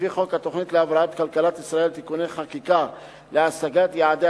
להבראת כלכלת ישראל (תיקוני חקיקה להשגת יעדי